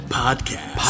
podcast